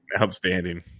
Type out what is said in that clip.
Outstanding